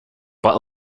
but